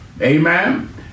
Amen